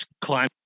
climb